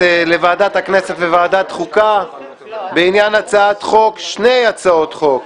לוועדת הכנסת ולוועדת חוקה בעניין שני הצעות חוק.